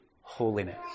holiness